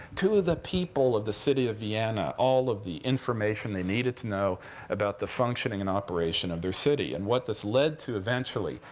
to the people of the city of vienna all of the information they needed to know about the functioning and operation of their city. and what this led to eventually,